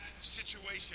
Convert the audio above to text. situation